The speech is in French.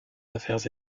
affaires